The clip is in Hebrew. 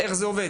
איך זה עובד?